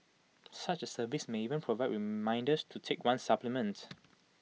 such service may even provide reminders to take one's supplements